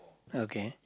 okay